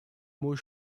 mot